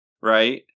Right